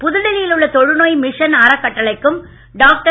புதுடில்லி யில் உள்ள தொழுநோய் மிஷன் அறக்கட்டளைக்கும் டாக்டர்